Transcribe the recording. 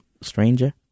stranger